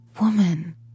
Woman